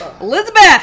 Elizabeth